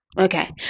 okay